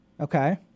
Okay